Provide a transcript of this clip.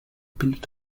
bildet